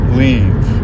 leave